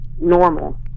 normal